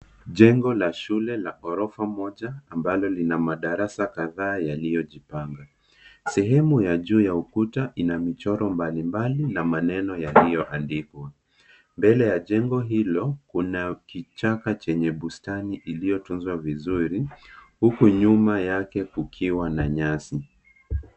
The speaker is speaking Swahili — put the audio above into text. Jengo la shule la ghorofa moja ambalo lina madarasa kadhaa yaliyojipanga. Sehemu ya juu ya ukuta ina michoro mbalimbali na maneno yaliyoandikwa. Mbele ya jengo hilo kuna kichaka chenye bustani iliyotunzwa vizuri huku nyuma yake kukiwa na nyasi.